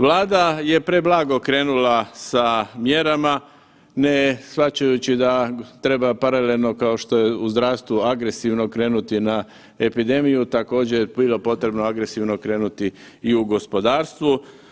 Vlada je preblago krenula sa mjerama ne shvaćajući da treba paralelno kao što je u zdravstvu agresivno krenuti na epidemiju također je bilo potrebno agresivno krenuti i u gospodarstvu.